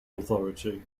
authority